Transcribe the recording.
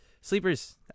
Sleepers